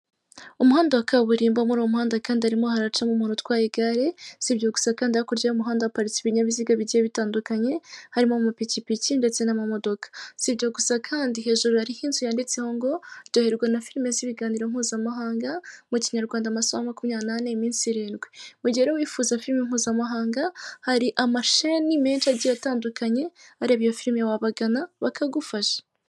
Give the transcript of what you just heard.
Nk'uko ubibona ku bantu bahazi iri ni isoko rya Nyarugenge, hariho ibirango byinshi cyane bimwe biri mu mabara y'umuhondo ndetse amagambo yandikishije umweru hasi hari iby'umutuku wareba imbere hari imodoka nyinshi cyane ubona ko ziri gutambuka buri imwe ifite aho agiye.